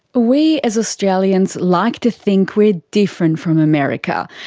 we as australians like to think we're different from america.